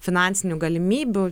finansinių galimybių